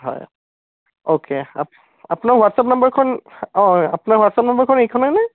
হয় অ' কে আপ আপোনাৰ হোৱাটছাপ নাম্বাৰখন অঁ আপোনাৰ হোৱাটছাপ নাম্বাৰখন এইখনেইনে